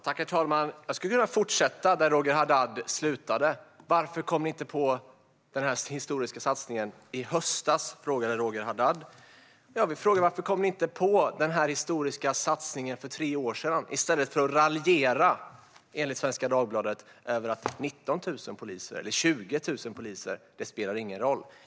Herr talman! Jag skulle kunna fortsätta där Roger Haddad slutade. Han frågade: Varför kom ni inte på den här historiska satsningen i höstas? Jag frågar: Varför kom ni inte på den här historiska satsningen för tre år sedan, i stället för att, enligt Svenska Dagbladet, raljera om att det inte spelar någon roll om det är 19 000 eller 20 000 poliser?